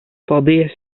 paldies